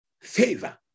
Favor